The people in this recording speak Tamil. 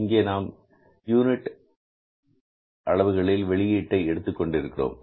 இங்கே நாம் வெளியீட்டை யூனிட் அளவுகளில் எடுத்துக் கொண்டிருக்கிறோம்